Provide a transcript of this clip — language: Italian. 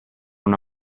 una